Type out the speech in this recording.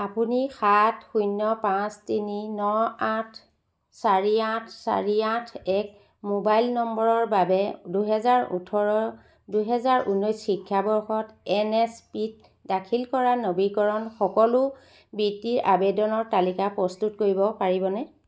আপুনি সাত শূণ্য পাঁচ তিনি ন আঠ চাৰি আঠ চাৰি আঠ এক মোবাইল নম্বৰৰ বাবে দুহেজাৰ ওঠৰ দুহেজাৰ ঊনৈছ শিক্ষাবৰ্ষত এনএছপিত দাখিল কৰা নৱীকৰণ সকলো বৃত্তিৰ আবেদনৰ তালিকা প্ৰস্তুত কৰিব পাৰিবনে